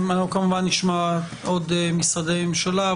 כמובן שנשמע עוד משרדי ממשלה,